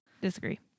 Disagree